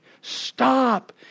Stop